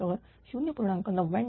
तर 0